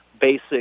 basic